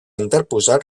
interposar